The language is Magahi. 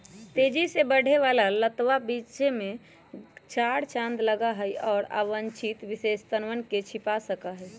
तेजी से बढ़े वाला लतवा गीचे में चार चांद लगावा हई, और अवांछित विशेषतवन के छिपा सका हई